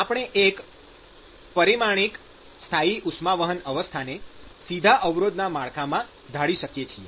તેથી આપણે એક પરિમાણિક સ્થાયી ઉષ્માવહન અવસ્થાને સીધા અવરોધના માળખામાં ઢાળી શકીએ છીએ